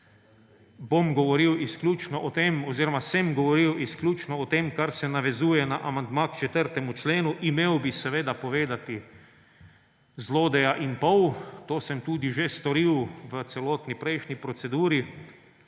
Govoril bom oziroma sem govoril izključno o tem, kar se navezuje na amandma k 4. členu. Imel bi seveda povedati zlodeja in pol, to sem tudi že storil v celotni prejšnji proceduri,